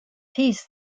peace